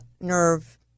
nerve